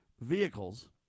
vehicles